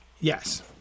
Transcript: Yes